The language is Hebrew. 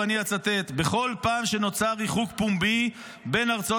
ואני אצטט: בכל פעם שנוצר ריחוק פומבי בין ארצות